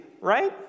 right